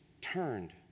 turned